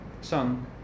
Son